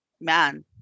man